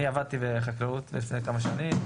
אני עבדתי בחקלאות לפני כמה שנים,